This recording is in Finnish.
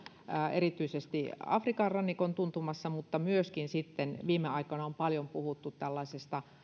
erityisesti afrikan rannikon tuntumassa mutta myöskin sitten viime aikoina on paljon puhuttu tällaisesta